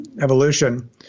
Evolution